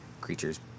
Creatures